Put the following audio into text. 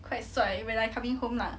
quite 帅 when I coming home lah